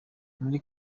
muri